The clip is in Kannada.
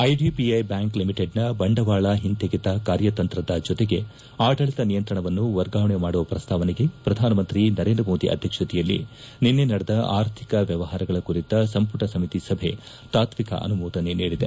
ಐಡಿಐಐ ಬ್ಲಾಂಕ್ ಲಿಮಿಟೆಡ್ನ ಬಂಡವಾಳ ಒಂತೆಗೆತ ಕಾರ್ಯತಂತ್ರದ ಜತೆಗೆ ಆಡಳಿತ ನಿಯಂತ್ರಣವನ್ನು ವರ್ಗಾವಣೆ ಮಾಡುವ ಪ್ರಸ್ತಾವನಗೆ ಪ್ರಧಾನಮಂತ್ರಿ ನರೇಂದ್ರ ಮೋದಿ ಆಧ್ಯಕ್ಷತೆಯಲ್ಲಿ ನಿನ್ನೆ ನಡೆದ ಆರ್ಥಿಕ ವ್ನವಹಾರಗಳ ಕುರಿತ ಸಂಪುಟ ಸಮಿತಿ ಸಭೆ ತಾಕ್ಷಿಕ ಅನುಮೋದನೆ ನೀಡಿದೆ